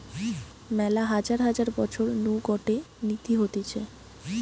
মেলা হাজার হাজার বছর নু গটে নীতি হতিছে